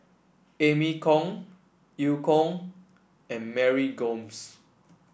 Amy Khor Eu Kong and Mary Gomes